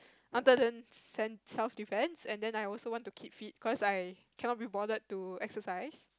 wanted learn cen~ self defense and then I also want to keep fit cause I cannot be bothered to exercise